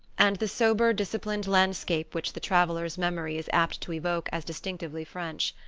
and the sober disciplined landscape which the traveller's memory is apt to evoke as distinctively french.